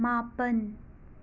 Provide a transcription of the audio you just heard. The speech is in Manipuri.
ꯃꯥꯄꯟ